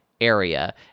area